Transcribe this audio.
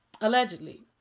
allegedly